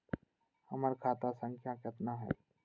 हमर खाता संख्या केतना हई?